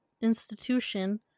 institution